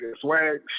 swag